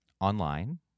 Online